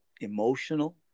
emotional